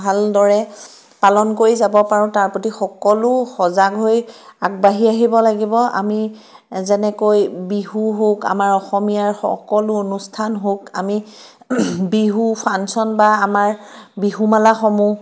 ভালদৰে পালন কৰি যাব পাৰোঁ তাৰ প্ৰতি সকলো সজাগ হৈ আগবাঢ়ি আহিব লাগিব আমি যেনেকৈ বিহু হওক আমাৰ অসমীয়াৰ সকলো অনুষ্ঠান হওক আমি বিহু ফাংচন বা আমাৰ বিহুমেলাসমূহ